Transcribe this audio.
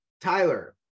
tyler